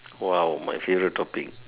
!wow! my favorite topic